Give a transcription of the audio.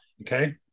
okay